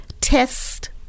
test